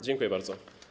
Dziękuję bardzo.